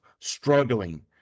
struggling